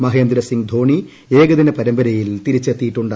മഹേന്ദ്രസ്ട്രാഹ്ട്ട് ധോണി ഏകദിന പരമ്പരയിൽ തിരിച്ചെത്തിയിട്ടുണ്ട്